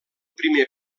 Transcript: primer